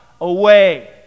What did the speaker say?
away